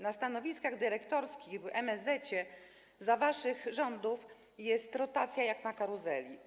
Na stanowiskach dyrektorskich w MSZ za waszych rządów jest rotacja jak na karuzeli.